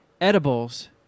edibles